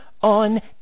on